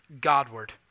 Godward